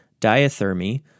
diathermy